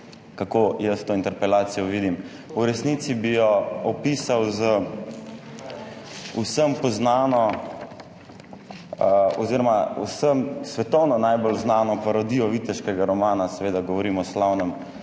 kako jaz to interpelacijo vidim. V resnici bi jo opisal s svetovno najbolj znano parodijo viteškega romana, seveda govorim o slavnem